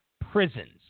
prisons